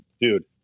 dude